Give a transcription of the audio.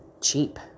cheap